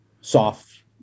soft